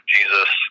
Jesus